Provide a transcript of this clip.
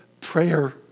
prayer